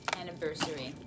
anniversary